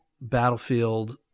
battlefield